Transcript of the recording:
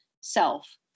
self